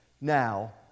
Now